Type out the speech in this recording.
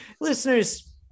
listeners